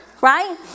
right